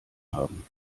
haben